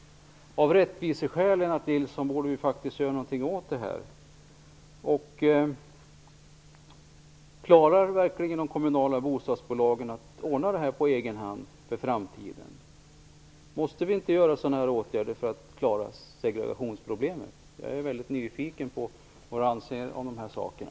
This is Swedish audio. Vi borde göra något åt det här, av rättviseskäl, Lennart Nilsson. Klarar verkligen de kommunala bostadsbolagen att ordna det här på egen hand för framtiden? Måste vi inte vidta sådana här åtgärder för att klara segregationsproblemen? Jag är nyfiken på vad Lennart Nilsson anser om de sakerna.